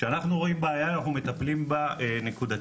כשאנחנו רואים בעיה אנחנו מטפלים בה נקודתית,